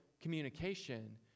communication